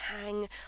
hang